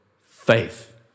faith